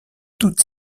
toutes